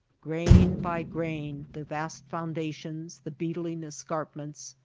grain by grain, the vast foundations, the beetling escarpments,